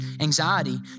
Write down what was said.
anxiety